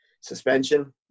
suspension